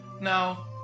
Now